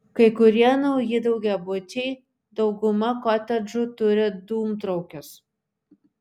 kai kurie nauji daugiabučiai dauguma kotedžų turi dūmtraukius